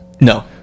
no